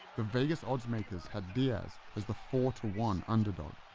the vegas odds makers had diaz as the four to one underdog.